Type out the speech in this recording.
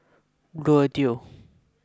Bluedio